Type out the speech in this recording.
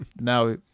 now